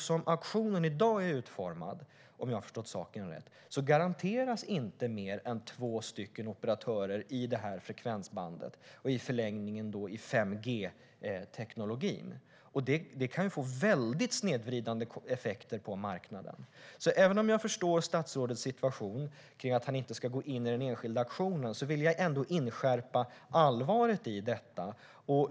Som auktionen i dag är utformad garanteras, om jag har förstått saken rätt, inte fler än två operatörer i detta frekvensband och i förlängningen i 5G-tekniken. Det kan få väldigt snedvridande effekter på marknaden. Även om jag förstår statsrådets situation och att han inte vill gå in i den enskilda auktionen vill jag ändå inskärpa allvaret i detta.